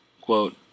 Quote